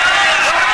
אתם